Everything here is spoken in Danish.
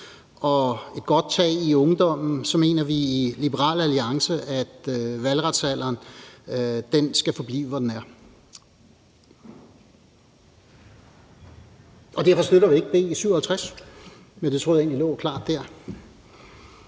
og et godt tag i ungdommen mener vi i Liberal Alliance, at valgretsalderen skal forblive, hvor den er. Derfor støtter vi ikke B 57 – men det troede jeg egentlig lå klart dér.